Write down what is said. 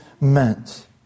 meant